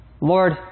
Lord